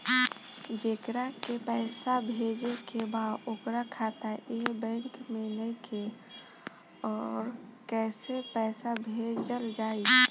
जेकरा के पैसा भेजे के बा ओकर खाता ए बैंक मे नईखे और कैसे पैसा भेजल जायी?